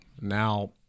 Now